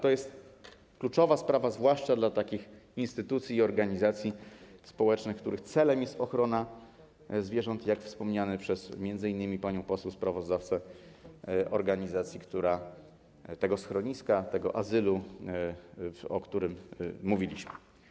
To jest kluczowa sprawa, zwłaszcza dla takich instytucji i organizacji społecznych, których celem jest ochrona zwierząt, jak wspomniana przez m.in. panią poseł sprawozdawcę ta organizacja, to schronisko, ten azyl, o którym mówiliśmy.